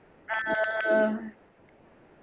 err